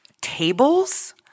tables